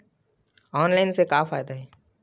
Online से का फ़ायदा हे?